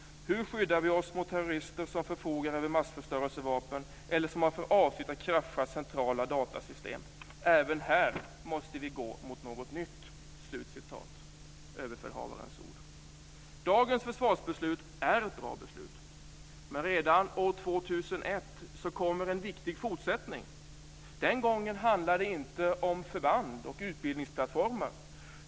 Hur skyddar vi oss mot terrorister som förfogar över massförstörelsevapen eller som har för avsikt att krascha centrala datasystem? Även här måste vi gå mot något nytt." Dagens försvarsbeslut är ett bra beslut. Men redan år 2001 kommer en viktig fortsättning. Den gången handlar det inte om förband och utbildningsplattformar.